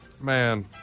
Man